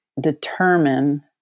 determine